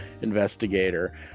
investigator